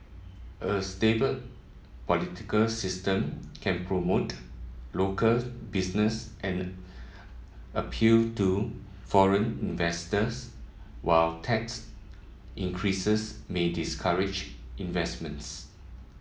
a stable political system can promote local businesses and appeal to foreign investors while tax increases may discourage investments